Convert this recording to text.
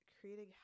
creating